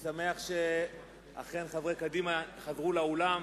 אני שמח שחברי קדימה אכן חזרו לאולם.